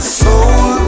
soul